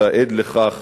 אתה עד לכך,